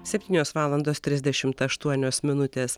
septynios valandos trisdešimt aštuonios minutės